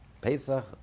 Pesach